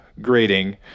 grading